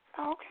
Okay